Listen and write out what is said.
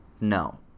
no